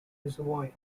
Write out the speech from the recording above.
reservoir